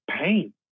pain